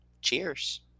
Cheers